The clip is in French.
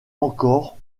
encore